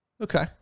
Okay